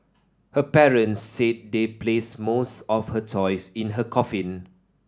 her parents said they placed most of her toys in her coffin